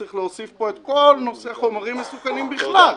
צריך להוסיף פה את כל נושא חומרים מסוכנים בכלל,